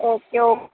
okay okay